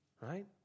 right